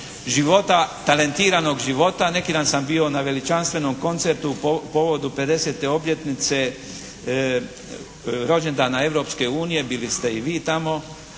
života, talentiranog života. Neki dan sam bio na veličanstvenom koncertu povodu 50-te obljetnice rođendana Europske unije, bili ste i vi tamo